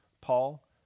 Paul